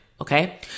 Okay